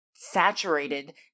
Saturated